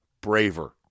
braver